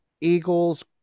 Eagles